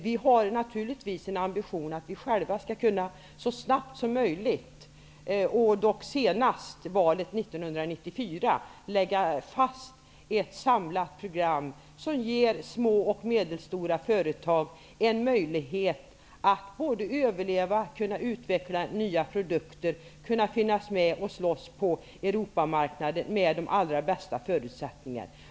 Vi har naturligtvis en ambition att själva, så snabbt som möjligt, dock senast efter valet 1994, kunna lägga fast ett samlat program som ger små och medelstora företag en möjlighet att överleva, kunna utveckla nya produkter och vara med och slåss på Europamarknaden med de allra bästa förutsättningar.